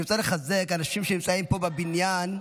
אני רוצה לחזק אנשים שנמצאים פה בבניין.